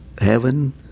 heaven